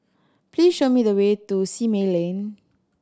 please show me the way to Simei Lane